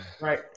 Right